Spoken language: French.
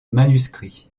manuscrits